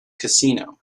casino